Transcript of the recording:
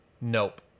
nope